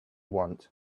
want